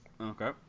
Okay